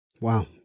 Wow